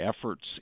efforts